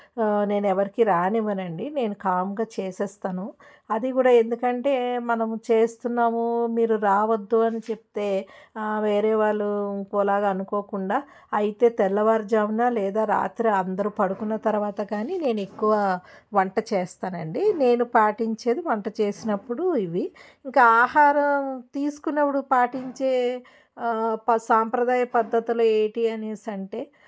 నేను ఎవరికి రానివ్వనండి నేను కామ్గా చేసేస్తాను అది కూడా ఎందుకంటే మనము చేస్తున్నాము మీరు రావద్దు అని చెప్తే వేరే వాళ్ళు ఇంకోలాగా అనుకోకుండా అయితే తెల్లవారుజామున లేదా రాత్రి అందరూ పడుకున్న తర్వాత కానీ నేను ఎక్కువ వంట చేస్తానండి నేను పాటించేది వంట చేసినప్పుడు ఇవి ఇంకా ఆహారం తీసుకున్నప్పుడు పాటించే ప సాంప్రదాయ పద్ధతులు ఏంటి అనేసి అంటే